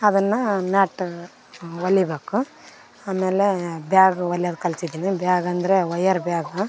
ಅದನ್ನ ಮ್ಯಾಟ್ ಹೊಲಿಬೇಕು ಆಮೇಲೆ ಬ್ಯಾಗ್ ಹೊಲಿಯೋದು ಕಲ್ತಿದ್ದಿನಿ ಬ್ಯಾಗ್ ಅಂದರೆ ವಯರ್ ಬ್ಯಾಗ